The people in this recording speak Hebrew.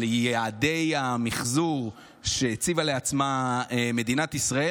יעדי המחזור שהציבה לעצמה מדינת ישראל.